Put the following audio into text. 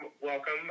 welcome